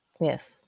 Yes